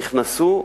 נכנסו,